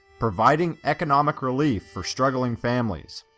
providing economic relief for struggling families.